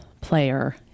player